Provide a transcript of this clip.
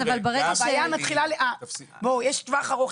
יש טווח ארוך,